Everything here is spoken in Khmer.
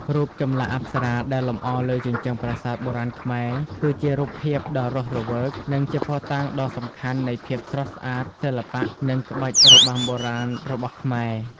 រូបចម្លាក់អប្សរាដែលលម្អលើជញ្ជាំងប្រាសាទបុរាណខ្មែរ គឺជារូបភាពដ៏រស់រវើក និងជាភស្តុតាងដ៏សំខាន់នៃ ភាពស្រស់ស្អាត សិល្បៈ និងក្បាច់របាំបុរាណ របស់ខ្មែរ។